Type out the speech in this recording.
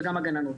וגם הגננות,